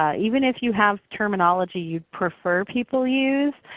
ah even if you have terminology you prefer people use,